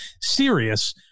serious